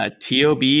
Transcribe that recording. tob